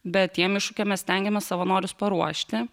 bet tiem iššūkiam mes stengiamės savanorius paruošti